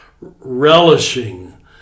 relishing